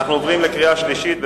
אנחנו עוברים לקריאה שלישית.